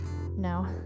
no